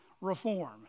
reform